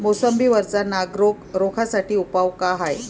मोसंबी वरचा नाग रोग रोखा साठी उपाव का हाये?